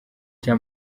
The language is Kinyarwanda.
cya